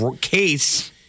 case